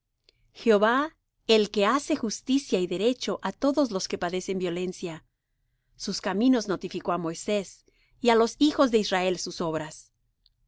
jehová el que hace justicia y derecho á todos los que padecen violencia sus caminos notificó á moisés y á los hijos de israel sus obras